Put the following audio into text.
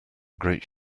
great